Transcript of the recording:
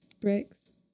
Bricks